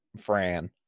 Fran